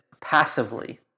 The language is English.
passively